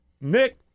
Nick